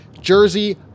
Jersey